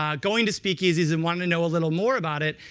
um going to speakeasies, and want to know a little more about it.